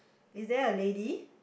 is there a lady